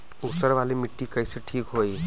ऊसर वाली मिट्टी कईसे ठीक होई?